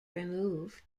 removed